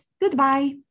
Goodbye